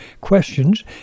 questions